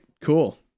cool